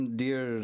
dear